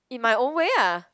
in my own way ah